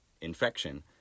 infection